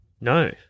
No